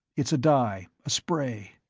it's a dye a spray.